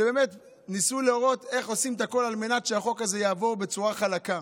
שבאמת ניסו לראות איך עושים את הכול על מנת שהחוק הזה יעבור בצורה חלקה,